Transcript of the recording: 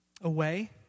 away